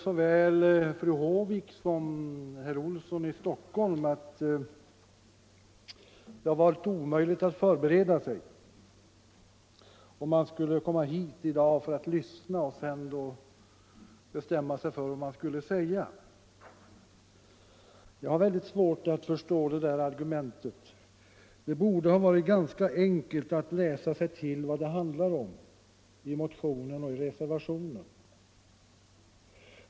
Såväl fru Håvik som herr Olsson i Stockholm säger att det har varit omöjligt att förbereda sig för den här debatten. De har kommit hit i dag och lyssnat och sedan bestämt sig för vad de skulle säga. Jag har svårt att förstå det. Det borde ha varit ganska enkelt att i motionerna och reservationen läsa sig till vad det handlar om.